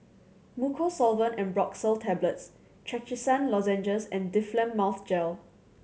Mucosolvan Ambroxol Tablets Trachisan Lozenges and Difflam Mouth Gel